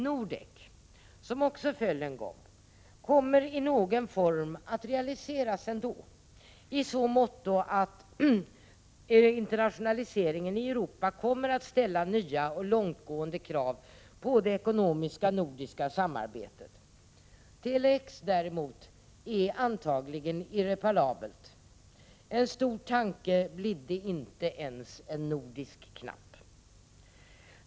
NORDEK, som också föll en gång, kommer i någon form ändå att realiseras i så måtto att internationaliseringen i Europa ställer nya och långtgående krav på det ekonomiska samarbetet inom de nordiska länderna. Tele-X-projektet däremot är antagligen irreparabelt. En stor tanke blidde inte ens en nordisk knapp.